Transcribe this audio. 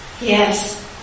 Yes